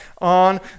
On